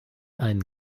ein